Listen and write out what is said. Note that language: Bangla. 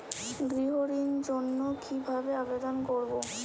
গৃহ ঋণ জন্য কি ভাবে আবেদন করব?